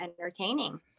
entertaining